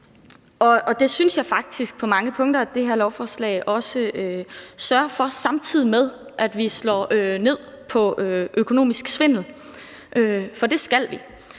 Og det synes jeg faktisk også på mange punkter at det her lovforslag sørger for, samtidig med at vi slår ned på økonomisk svindel – for det skal vi.